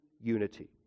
unity